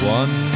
one